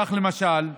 כך, למשל,